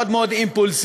מאוד מאוד אימפולסיבית,